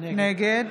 נגד